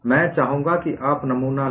मैं चाहूंगा कि आप नमूना लें